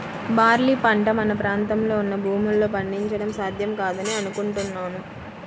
barley పంట మన ప్రాంతంలో ఉన్న భూముల్లో పండించడం సాధ్యం కాదని అనుకుంటున్నాను